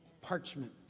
Parchment